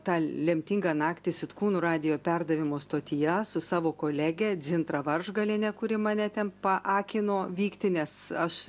tą lemtingą naktį sitkūnų radijo perdavimo stotyje su savo kolege dzintra varžgaliene kuri mane ten paakino vykti nes aš